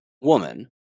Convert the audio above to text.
woman